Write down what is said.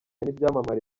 n’ibyamamare